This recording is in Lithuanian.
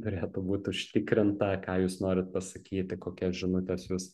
turėtų būt užtikrinta ką jūs norit pasakyti kokias žinutes jūs